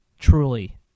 truly